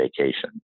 vacation